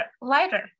lighter